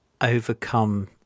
overcome